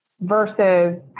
versus